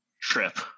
trip